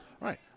Right